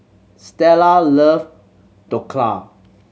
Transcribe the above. Stella love Dhokla